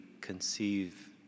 conceive